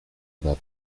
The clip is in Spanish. edad